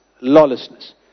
lawlessness